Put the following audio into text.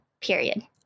period